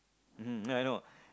ya I know